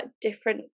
different